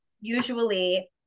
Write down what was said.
usually